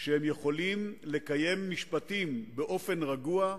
שהם יכולים לקיים משפטים באופן רגוע,